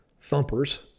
thumpers